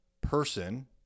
person